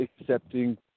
accepting